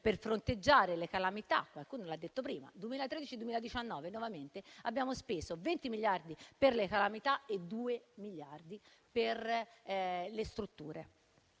per fronteggiare le calamità. Come qualcuno ha detto prima, tra il 2013 e il 2019 abbiamo speso 20 miliardi per le calamità e 2 miliardi per le strutture.